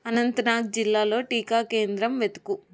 అనంతనాగ్ జిల్లాలో టీకా కేంద్రం వెతుకు